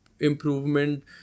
improvement